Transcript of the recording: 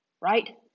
right